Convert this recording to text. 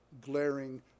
glaring